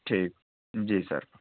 ٹھیک جی سر